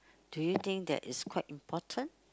do you think that it's quite important